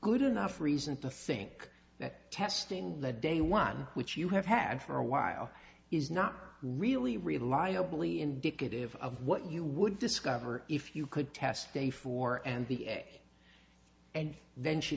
good enough reason to think that testing the day one which you have had for a while is not really reliably indicative of what you would discover if you could test day four and the way and then she